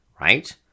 Right